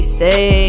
say